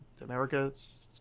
America's